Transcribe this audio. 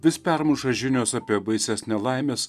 vis permuša žinios apie baisias nelaimes